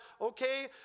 okay